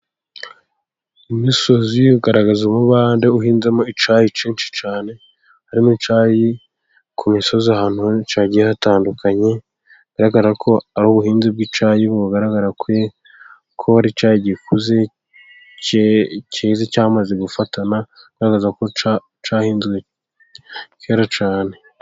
Umisozi ugaragaza umubande uhinzemo icyayi cyinshi cyane, harimo icyayi ku misozi ahantu hagiye hatandukanye, hagaragara ko ari ubuhinzi bw'icyayi, bugaragara kuri buri cyayi igikuze cyamaze gufatana bigaragaza ko cyahinzwe kera cyane.